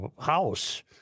house